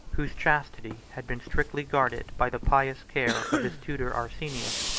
whose chastity had been strictly guarded by the pious care of his tutor arsenius,